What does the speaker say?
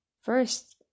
first